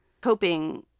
coping